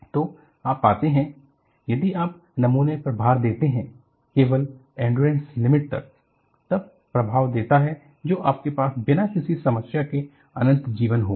तो आप पाते हैं यदि आप नमूने पर भार देते हैं केवल एंड्यूरेंस लिमिट तक यह प्रभाव देता है जो आपके पास बिना किसी समस्या के अनंत जीवन होगा